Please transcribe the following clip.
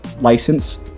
license